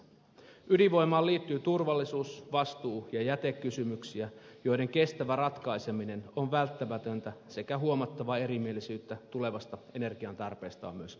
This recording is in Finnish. ydinvoimaan liittyy turvallisuus vastuu ja jätekysymyksiä joiden kestävä ratkaiseminen on välttämätöntä ja huomattavaa erimielisyyttä tulevasta energiantarpeesta on myös esiintynyt